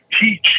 teach